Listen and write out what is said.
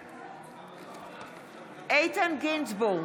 בעד איתן גינזבורג,